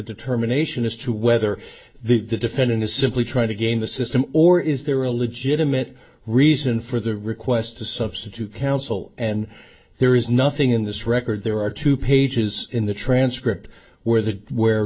determination as to whether the defending the simply trying to game the system or is there a legitimate reason for the request to substitute counsel and there is nothing in this record there are two pages in the transcript where the where